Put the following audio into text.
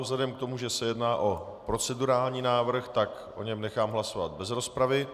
Vzhledem k tomu, že se jedná o procedurální návrh, tak o něm nechám hlasovat bez rozpravy.